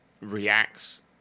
reacts